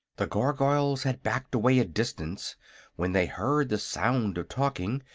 the gargoyles had backed away a distance when they heard the sound of talking,